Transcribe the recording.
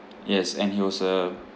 yes and he was a